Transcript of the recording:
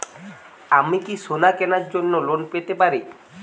আমি কি সোনা কেনার জন্য লোন পেতে পারি?